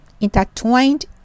intertwined